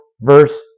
verse